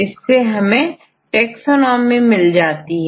इससे हमें टैक्सनॉमी मिल जाती है